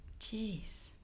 jeez